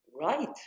right